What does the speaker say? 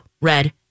red